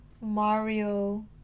Mario